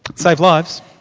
save lives.